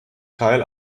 teil